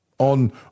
On